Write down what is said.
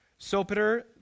Sopater